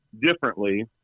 differently